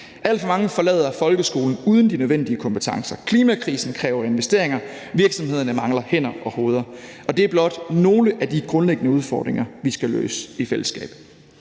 Alt for mange forlader folkeskolen uden de nødvendige kompetencer. Klimakrisen kræver investeringer. Virksomhederne mangler hænder og hoveder. Det er blot nogle af de grundlæggende udfordringer, vi skal løse i fællesskab.